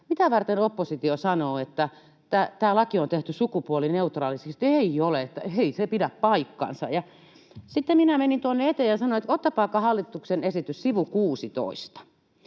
mitä varten oppositio sanoo, että tämä laki on tehty sukupuolineutraalisti — ei ole, että ei se pidä paikkaansa. Ja sitten minä menin tuonne eteen ja sanoin, että ottakaapa hallituksen esitys, sivu 16.